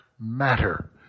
matter